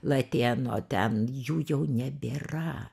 latėno ten jų jau nebėra